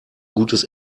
gutes